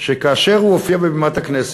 שכאשר הוא הופיע על בימת הכנסת,